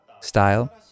style